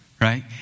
right